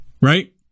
right